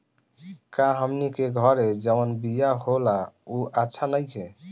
का हमनी के घरे जवन बिया होला उ अच्छा नईखे?